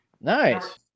Nice